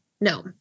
No